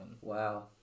Wow